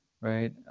right